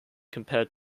compared